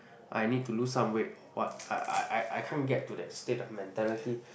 I need to lose some weight what I I I I can't get to that state of mentality